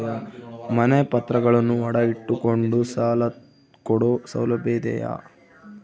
ಮನೆ ಪತ್ರಗಳನ್ನು ಅಡ ಇಟ್ಟು ಕೊಂಡು ಸಾಲ ಕೊಡೋ ಸೌಲಭ್ಯ ಇದಿಯಾ?